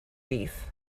beef